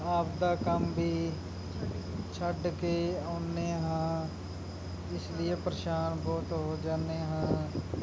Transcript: ਆਪਣਾ ਕੰਮ ਵੀ ਛੱਡ ਕੇ ਆਉਂਦੇ ਹਾਂ ਇਸ ਲਈਏ ਪਰੇਸ਼ਾਨ ਬਹੁਤ ਹੋ ਜਾਂਦੇ ਹਾਂ